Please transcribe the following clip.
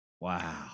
Wow